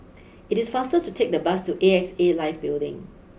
it is faster to take the bus to A X A Life Building